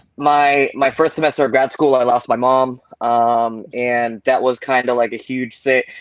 my my first semester of grad school, i lost my mom um and that was kind of like a huge thing.